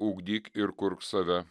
ugdyk ir kurk save